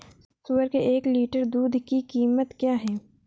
सुअर के एक लीटर दूध की कीमत क्या है?